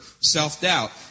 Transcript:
self-doubt